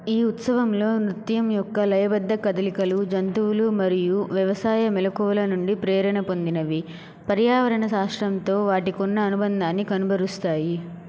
ఈ ఉత్సవంలో నృత్యం యొక్క లయబద్ధ కదలికలు జంతువులు మరియు వ్యవసాయ మెళకువల నుండి ప్రేరణ పొందినవి పర్యావరణ శాస్త్రంతో వాటికున్న అనుబంధాన్ని కనబరుస్తాయి